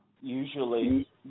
usually